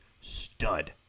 stud